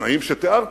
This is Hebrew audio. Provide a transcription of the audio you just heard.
בתנאים שתיארתי.